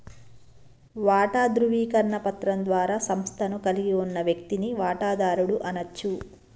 వాటా ధృవీకరణ పత్రం ద్వారా సంస్థను కలిగి ఉన్న వ్యక్తిని వాటాదారుడు అనచ్చు